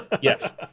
yes